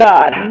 God